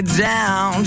down